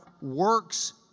works